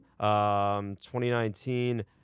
2019